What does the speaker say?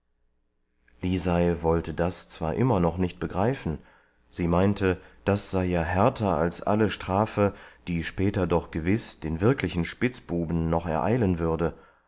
lisei wollte das zwar noch immer nicht begreifen sie meinte das sei ja härter als alle strafe die später doch gewiß den wirklichen spitzbuben noch ereilen würde